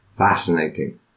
fascinating